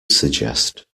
suggest